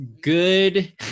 good